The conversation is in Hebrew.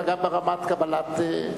אלא גם ברמת קבלת,